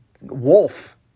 wolf